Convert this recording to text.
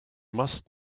must